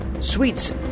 Sweets